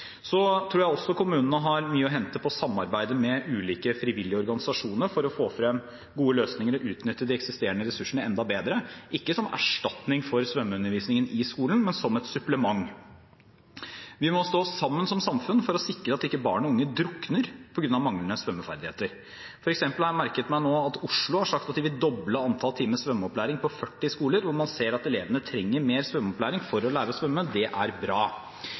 Så tror jeg også kommunene har mye å hente på å samarbeide med ulike frivillige organisasjoner for å få frem gode løsninger og utnytte de eksisterende ressursene enda bedre, ikke som erstatning for svømmeundervisningen i skolen, men som et supplement. Vi må stå sammen som samfunn for å sikre at ikke barn og unge drukner på grunn av manglende svømmeferdigheter. For eksempel har jeg merket meg nå at Oslo har sagt at de vil doble antallet timer svømmeopplæring på 40 skoler hvor man ser at elevene trenger mer svømmeopplæring for å lære å svømme. Det er bra.